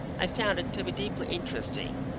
i found it to be deeply interesting,